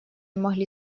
могли